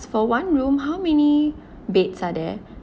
for one room how many beds are there